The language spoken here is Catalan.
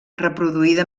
reproduïda